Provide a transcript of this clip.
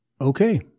Okay